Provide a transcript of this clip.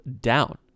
down